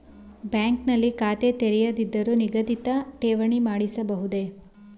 Bank ನಲ್ಲಿ ಖಾತೆ ತೆರೆಯದಿದ್ದರೂ ನಿಗದಿತ ಠೇವಣಿ ಮಾಡಿಸಬಹುದೇ?